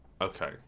Okay